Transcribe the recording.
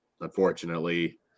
unfortunately